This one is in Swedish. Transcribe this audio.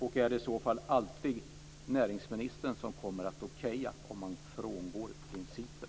Är det i så fall alltid näringsministern som kommer att säga okej till att man frångår principen?